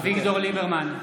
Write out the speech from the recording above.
(קורא בשמות חברי הכנסת) אביגדור ליברמן,